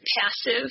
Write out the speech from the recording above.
passive